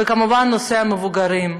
וכמובן, נושא המבוגרים.